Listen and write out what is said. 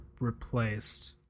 replaced